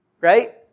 Right